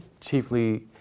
Chiefly